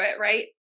Right